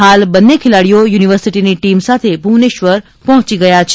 હાલ આ બંને ખેલાડીઓ યુનિવર્સિટીની ટીમ સાથે ભુવનેશ્વર પહોંચી ગયા છે